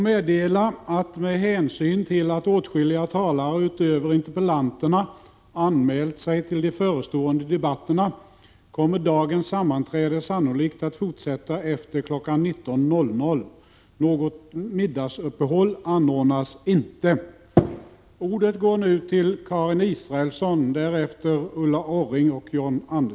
Med hänsyn till att åtskilliga talare utöver interpellanterna anmält sig till de förestående debatterna kommer dagens sammanträde sannolikt att fortsätta efter kl. 19.00. Något middagsuppehåll anordnas inte.